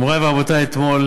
מורי ורבותי, אתמול